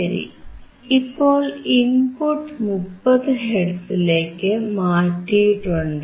ശരി ഇപ്പോൾ ഇൻപുട്ട് 30 ഹെർട്സിലേക്കു മാറ്റിയിട്ടുണ്ട്